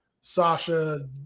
Sasha